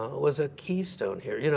was a keystone here. you know